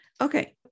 Okay